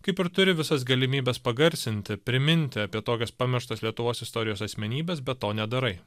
kaip ir turi visas galimybes pagarsinti priminti apie tokias pamirštas lietuvos istorijos asmenybes bet to nedarai